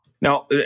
Now